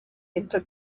into